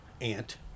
ant